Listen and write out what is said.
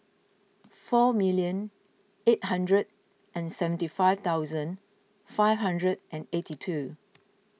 four million eight hundred and seventy five thousand five hundred and eighty two